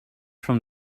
from